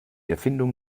erfindung